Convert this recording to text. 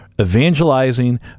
evangelizing